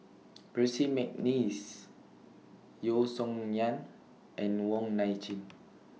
Percy Mcneice Yeo Song Nian and Wong Nai Chin